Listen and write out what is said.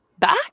Back